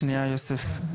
שנייה יוסף,